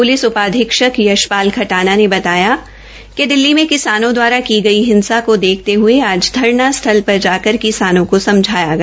police उपाधीक्षक यशपाल खटाना ने बताया कि दिल्ली में किसानों दवारा की गई हिंसा को देखते हये आज धरना स्थल पर जाकर किसानों को समझाया गया